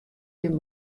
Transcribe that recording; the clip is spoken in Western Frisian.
gjin